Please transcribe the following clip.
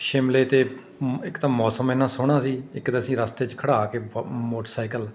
ਸ਼ਿਮਲੇ 'ਤੇ ਮ ਇੱਕ ਤਾਂ ਮੌਸਮ ਐਨਾ ਸੋਹਣਾ ਸੀ ਇੱਕ ਤਾਂ ਅਸੀਂ ਰਸਤੇ 'ਚ ਖੜ੍ਹਾ ਕੇ ਫ ਮੋਟਰਸਾਈਕਲ